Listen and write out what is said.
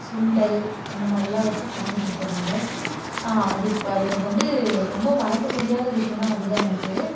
சுண்டல் அந்தமாதிரிலாம் வச்சு சாமி கும்பிட்டோம் நாங்கள் அது அது எனக்கு வந்து ரொம்ப மறக்க முடியாத விஷயம்ன்னா அதுதான் எனக்கு